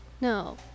No